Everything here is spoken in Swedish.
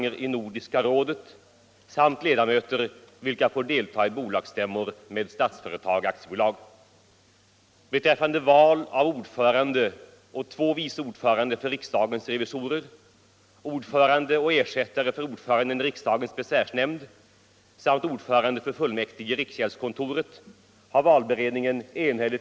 Att rösta nej är därför för vpk-gruppen det självklara.